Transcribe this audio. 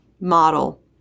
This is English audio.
model